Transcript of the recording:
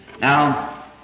Now